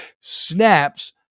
SNAPS